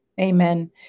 Amen